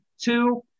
Two